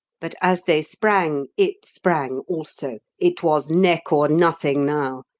but as they sprang it sprang also! it was neck or nothing now.